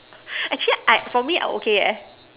actually I for me I okay eh